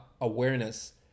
awareness